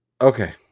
okay